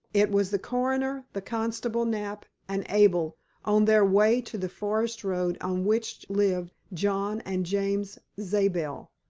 it was the coroner, the constable, knapp, and abel on their way to the forest road on which lived john and james zabel.